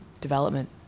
development